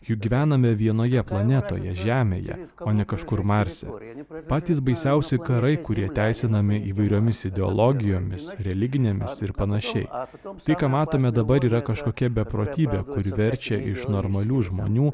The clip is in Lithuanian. juk gyvename vienoje planetoje žemėje o ne kažkur marse patys baisiausi karai kurie teisinami įvairiomis ideologijomis religinėmis ir panašiai tai ką matome dabar yra kažkokia beprotybė kuri verčia iš normalių žmonių